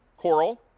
coral,